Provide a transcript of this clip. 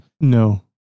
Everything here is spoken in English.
No